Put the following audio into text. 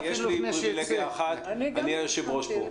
יש לי פריבילגיה אחת - אני היושב ראש פה.